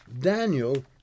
Daniel